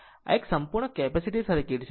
આમ આ એક સંપૂર્ણ કેપેસિટીવ સર્કિટ છે